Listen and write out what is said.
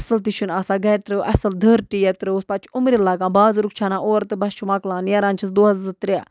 اَصٕل تہِ چھُنہٕ آسان گَرِ ترٛٲوٕ اَصٕل دٔر ٹی یا ترٛٲوُس پَتہٕ چھُ اُمرِ لَگان بازرُٕک چھُ اَنان اورٕ تہٕ بَس چھُ مۄکلان نیران چھَس دۄہَس زٕ ترٛےٚ